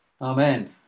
Amen